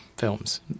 films